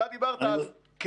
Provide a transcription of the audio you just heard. אתה דיברת על כן,